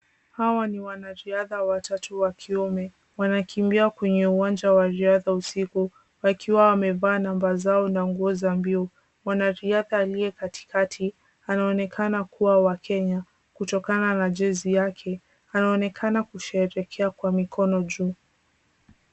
Hawa ni wanariadha watatu wa kiume, wanaokimbia kwenye uwanja wa riadha usiku wakiwa wamevaa namba zao za mbio. Mwanariadha aliye katikati, anaonekana kubwa wa Kenya kutokana na jezi yake. Anaonekana kusherehekea kwa mikono juu.